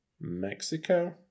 Mexico